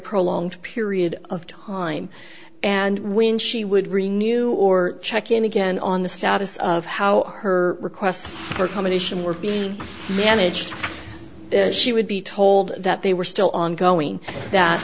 prolonged period of time and when she would ring new or check in again on the status of how her requests for comment ition were being managed she would be told that they were still ongoing that